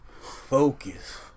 Focus